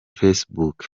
facebook